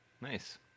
Nice